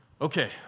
Okay